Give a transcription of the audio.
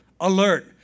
alert